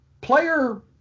player